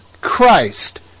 Christ